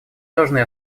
должны